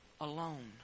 alone